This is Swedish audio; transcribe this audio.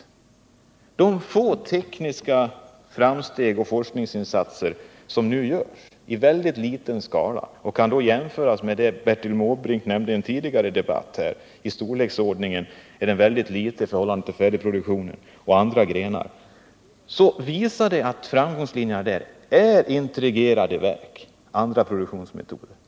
På det här området görs få tekniska framsteg, och forskningsinsatserna är av väldigt liten omfattning — som Bertil Måbrink anförde i en tidigare debatt är de jämfört med vad som gäller för andra industrigrenar mycket små i förhållande till den färdiga produktionen — men de visar ändå att framgångslinjerna här är att arbeta med integrerade verk och att införa andra produktionsmetoder.